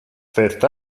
fifth